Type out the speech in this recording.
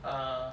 uh